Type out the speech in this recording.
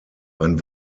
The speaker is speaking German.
ein